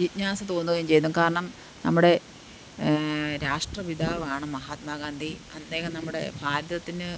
ജിജ്ഞാസ തോന്നുകയും ചെയ്യുന്നു കാരണം നമ്മുടെ രാഷ്ട്രപിതാവാണ് മഹാത്മാഗാന്ധി അദ്ദേഹം നമ്മുടെ ഭാരതത്തിന്